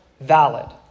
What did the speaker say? valid